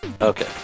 Okay